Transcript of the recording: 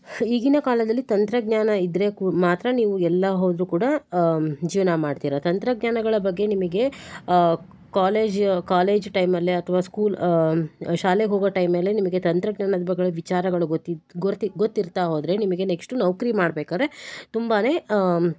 ಈಗಿನ ಕಾಲದಲ್ಲಿ ತಂತ್ರಜ್ಞಾನ ಇದ್ದರೆ ಕೂ ಮಾತ್ರ ನೀವು ಎಲ್ಲ ಹೋದರೂ ಕೂಡ ಜೀವನ ಮಾಡ್ತೀರ ತಂತ್ರಜ್ಞಾನಗಳ ಬಗ್ಗೆ ನಿಮಗೆ ಕಾಲೇಜ್ ಕಾಲೇಜ್ ಟೈಮಲ್ಲೆ ಅಥವಾ ಸ್ಕೂಲ್ ಶಾಲೆಗೆ ಹೋಗುವ ಟೈಮಲ್ಲಿ ನಿಮಿಗೆ ತಂತ್ರಜ್ಞಾನದ್ ಬಗ್ಗೆ ವಿಚಾರಗಳು ಗೊತಿದ್ದು ಗುರುತಿದ್ದು ಗೊತ್ತಿರ್ತವಾದರೆ ನಿಮಗೆ ನೆಕ್ಸ್ಟ್ ನೌಕ್ರಿ ಮಾಡಬೇಕಾದ್ರೆ ತುಂಬನೇ